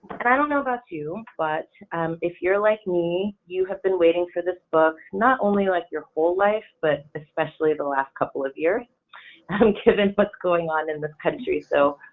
and i don't know about you, but if you're like me, you have been waiting for this book, not only like your whole life, but especially the last couple of years given what's going on in this country. so,